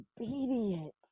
Obedient